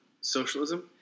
socialism